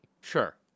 Sure